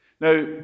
Now